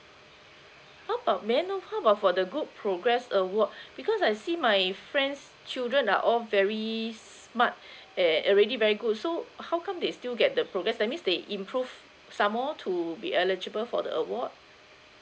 how about may I know how about for the good progress award because I see my friend's children are all very smart err already very good so how come they still get the progress that means they improve some more to be eligible for the award